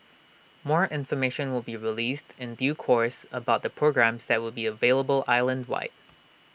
more information will be released in due course about the programmes that will be available island wide